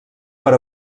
per